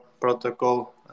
protocol